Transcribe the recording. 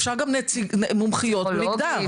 אפשר גם מומחיות במגדר.